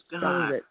God